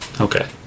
Okay